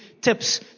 tips